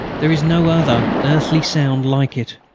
there is no other earthly sound like it.